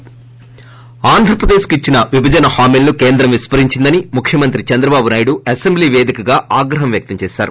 ప్రాంధ్రప్రదేశ్కు ఇచ్చిన విభజన హామీలను కేంద్రం విస్న రించిందని ముఖ్యమంత్రి చంద్రబాబు నాయుడు అసెంబ్లీ వేదికగా ఆగ్రహం వ్యక్తం చేశారు